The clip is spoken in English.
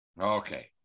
Okay